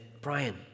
Brian